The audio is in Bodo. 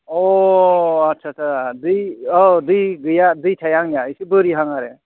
अ आच्चा आच्चा दै अ दै गैया दै थाया आंनिया एसे बोरिहां आरो